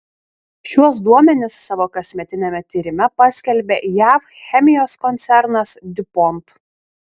šiuos duomenis savo kasmetiniame tyrime paskelbė jav chemijos koncernas diupont